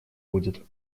будет